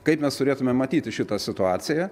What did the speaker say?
kaip mes turėtumėm matyti šitą situaciją